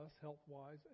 health-wise